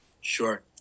Sure